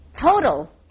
total